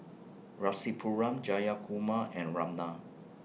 Rasipuram Jayakumar and Ramnath